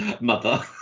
mother